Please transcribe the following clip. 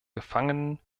gefangenen